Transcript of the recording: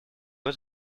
was